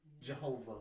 Jehovah